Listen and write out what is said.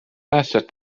päästjad